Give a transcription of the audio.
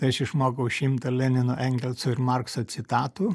tai aš išmokau šimtą lenino engelso ir markso citatų